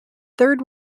third